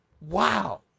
Wow